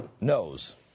knows